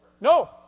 No